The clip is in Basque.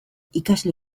ikasle